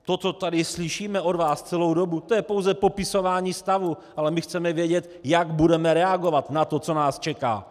To, co tady slyšíme od vás celou dobu, to je pouze popisování stavu, ale my chceme vědět, jak budeme reagovat na to, co nás čeká.